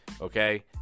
Okay